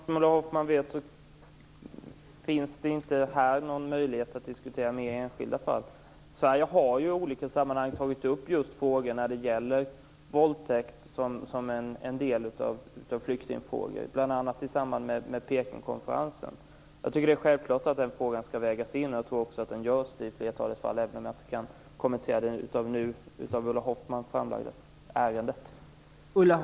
Fru talman! Som Ulla Hoffmann vet finns det ingen möjlighet att diskutera enskilda fall här. Sverige har i olika sammanhang tagit upp frågan om våldtäkt som en del av flyktingfrågorna, bl.a. i samband med Pekingkonferensen. Jag tycker att den frågan självfallet skall vägas in, och jag tror också att så görs i flertalet fall även om jag inte nu kan kommentera det av